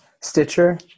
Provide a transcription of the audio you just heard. Stitcher